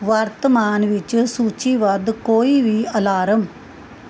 ਵਰਤਮਾਨ ਵਿੱਚ ਸੂਚੀਬੱਧ ਕੋਈ ਵੀ ਅਲਾਰਮ